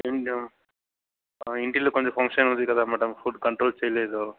ఆ ఇంట్లో ఫంక్షన్ ఉంది కదా మేడం ఫుడ్ కంట్రోల్ చేయిలేదు